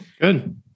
Good